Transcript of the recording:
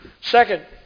Second